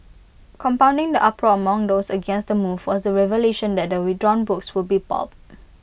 compounding the uproar among those against the move was the revelation that the withdrawn books would be pulped